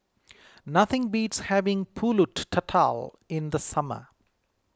nothing beats having Pulut Tatal in the summer